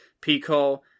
Pico